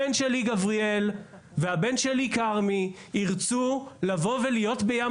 הבן שלי גבריאל והבן שלי כרמי ירצו לבוא ולהיות בים